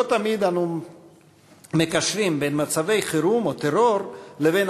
לא תמיד אנו מקשרים בין מצבי חירום או טרור לבין